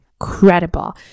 incredible